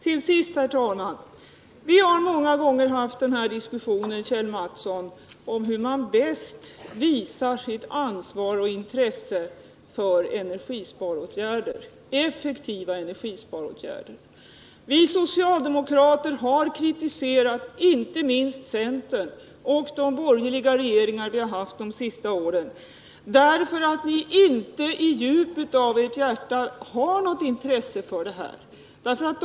Till sist, herr talman: Vi har många gånger haft diskussioner, Kjell Mattsson, om hur man bäst visar sitt ansvar och intresse för effektiva energisparåtgärder. Vi socialdemokrater har kritiserat centern inte minst och de borgerliga regeringar som vi har haft de senaste åren, därför att de inte i djupet av sitt hjärta har något intresse för dessa frågor.